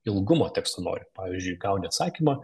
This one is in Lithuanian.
ilgumo teksto nori pavyzdžiui gauni atsakymą